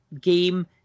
game